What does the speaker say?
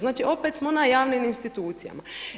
Znači, opet smo na javnim institucijama.